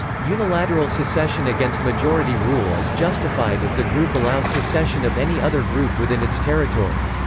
unilateral secession against majority rule is justified if the group allows secession of any other group within its territory.